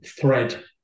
thread